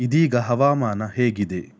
ಇದೀಗ ಹವಾಮಾನ ಹೇಗಿದೆ